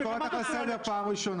אני קורא לך לסדר פעם ראשונה.